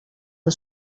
del